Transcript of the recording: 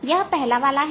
यह पहला वाला है